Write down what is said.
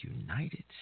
United